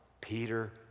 Peter